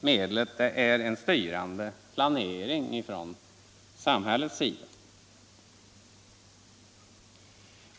medlet är en styrande planering från samhällets sida.